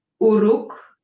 Uruk